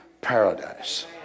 paradise